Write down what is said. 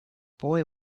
boy